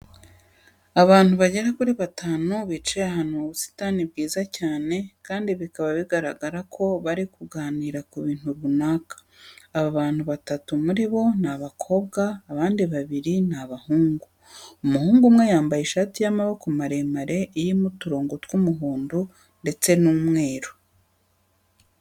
Abantu bagera kuri batanu bicaye ahantu mu busitani bwiza cyane kandi bikaba bigaragara ko bari kuganira ku kintu runaka. Aba bantu batatu muri bo ni abakobwa abandi babiri ni abahungu. Umuhungu umwe yambaye ishati y'amaboko maremare irimo uturongo tw'umuhondo ndetse n'umweru.